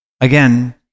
again